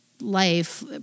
life